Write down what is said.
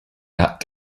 that